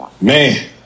Man